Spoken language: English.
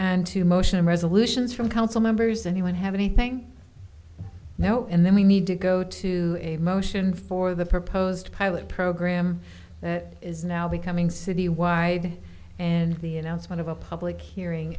and to motion resolutions from council members anyone have anything now and then we need to go to a motion for the proposed pilot program that is now becoming citywide and the announcement of a public hearing